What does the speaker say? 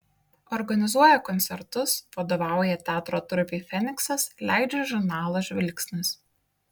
organizuoja koncertus vadovauja teatro trupei feniksas leidžia žurnalą žvilgsnis